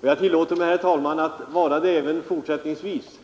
Jag tillåter mig, herr talman, att vara det även fortsättningsvis.